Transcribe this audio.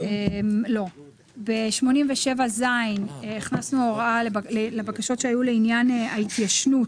בסעיף 87ז הכנסנו הוראה לבקשות שהיו לעניין ההתיישנות,